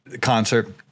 Concert